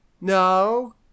No